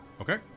Okay